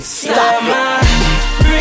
stop